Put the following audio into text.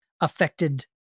affected